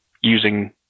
using